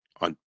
on